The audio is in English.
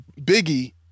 Biggie